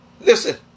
listen